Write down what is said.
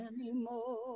anymore